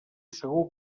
segur